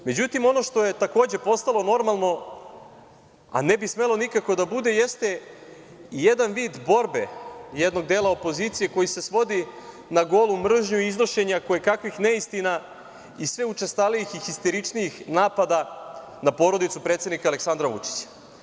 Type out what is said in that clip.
Međutim, ono što je takođe postalo normalno, a ne bi smelo nikako da bude, jeste i jedan vid borbe jednog dela opozicije koji se svodi na golu mržnju i iznošenje kojekakvih neistina i sve učestalijih i histeričnijih napada na porodicu predsednika Aleksandra Vučića.